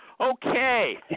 Okay